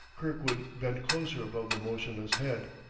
kirkwood bent closer above the motionless head,